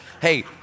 Hey